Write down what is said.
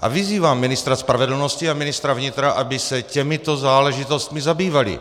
a vyzývám ministra spravedlnosti a ministra vnitra, aby se těmito záležitostmi zabývali.